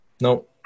no